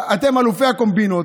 אתם אלופי הקומבינות.